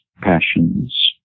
passions